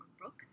book